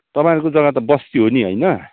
तपाईँहरूको जग्गा त बस्ती हो नि होइन